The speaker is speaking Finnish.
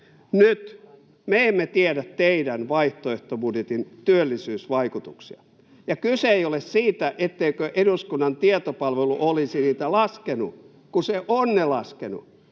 Nyt me emme tiedä teidän vaihtoehtobudjettinne työllisyysvaikutuksia. Kyse ei ole siitä, etteikö eduskunnan tietopalvelu olisi niitä laskenut, kun se on ne laskenut.